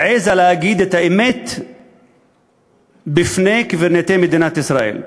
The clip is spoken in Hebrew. העזה להגיד את האמת בפני קברניטי מדינת ישראל.